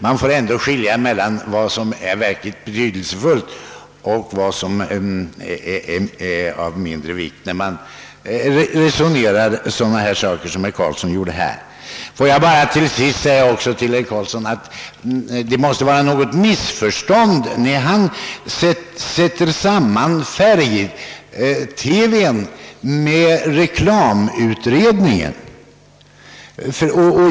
Man måste skilja mellan vad som är verkligt betydelsefullt och vad som är av mindre vikt när man resonerar om sådana frågor som herr Karlsson i Olofström tog upp. Det måste slutligen vara något missförstånd när herr Karlsson i Olofström kopplar samman frågan om färg-TV med reklamutredningen.